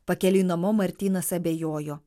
pakeliui namo martynas abejojo